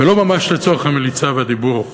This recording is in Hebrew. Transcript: ולא ממש לצורך המליצה והדיבור.